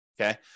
okay